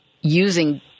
using